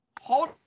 Hold